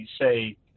say